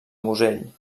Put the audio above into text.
musell